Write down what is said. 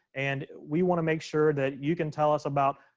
and we want to make sure that you can tell us about,